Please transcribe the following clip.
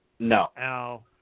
No